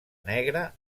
negra